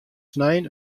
snein